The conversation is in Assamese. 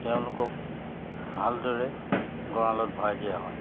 তেওঁলোকক ভালদৰে গঁৰালত ভৰাই দিয়া হয়